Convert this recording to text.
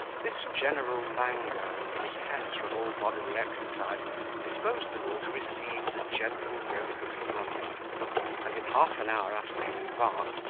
this general languor and recess from all bodily exercise disposed them all to receive the gentle yoke of slumber and in half-an-hour after they had embarked,